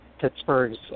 Pittsburgh's